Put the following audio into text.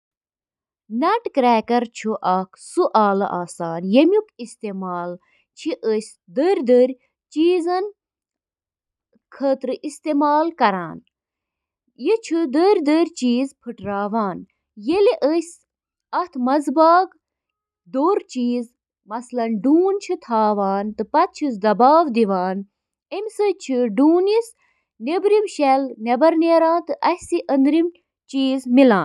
اکھ ٹوسٹر چُھ گرمی پٲدٕ کرنہٕ خٲطرٕ بجلی ہنٛد استعمال کران یُس روٹی ٹوسٹس منٛز براؤن چُھ کران۔ ٹوسٹر اوون چِھ برقی کرنٹ سۭتۍ کوائلن ہنٛد ذریعہٕ تیار گژھن وٲل انفراریڈ تابکٲری ہنٛد استعمال کٔرتھ کھین بناوان۔